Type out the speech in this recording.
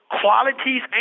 qualities